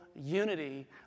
unity